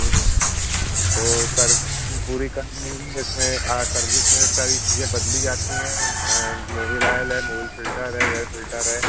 तो सर्विसिंग पूरी करनी होगी इसमें सर्विस में सारी चीज़ें बदली जाती हैं मोबिल ऑयल है मोबिल फ़िल्टर है एयर फ़िल्टर है